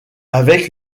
avec